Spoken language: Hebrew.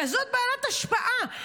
כזאת בעלת השפעה.